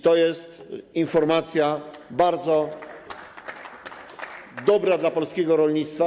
To jest informacja bardzo dobra dla polskiego rolnictwa.